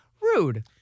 rude